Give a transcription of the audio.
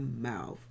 mouth